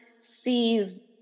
sees